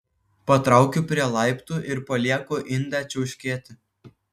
patraukiu prie laiptų ir palieku indę čiauškėti